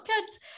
kids